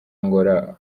angola